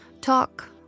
talk